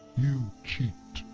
you cheat!